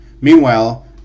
Meanwhile